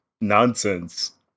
nonsense